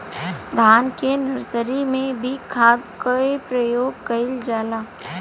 धान के नर्सरी में भी खाद के प्रयोग कइल जाला?